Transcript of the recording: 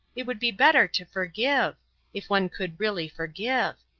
it would be better to forgive if one could really forgive.